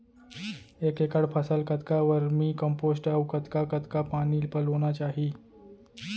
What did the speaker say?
एक एकड़ फसल कतका वर्मीकम्पोस्ट अऊ कतका कतका पानी पलोना चाही?